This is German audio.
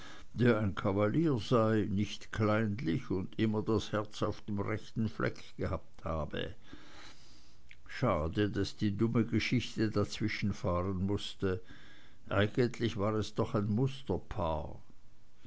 der ein kavalier sei nicht kleinlich und immer das herz auf dem rechten fleck gehabt habe schade daß die dumme geschichte dazwischenfahren mußte eigentlich war es doch ein musterpaar